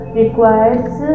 requires